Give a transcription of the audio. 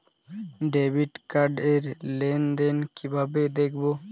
Debit card র লেনদেন কিভাবে দেখবো?